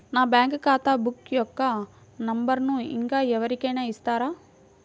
నా బ్యాంక్ ఖాతా బుక్ యొక్క నంబరును ఇంకా ఎవరి కైనా ఇస్తారా?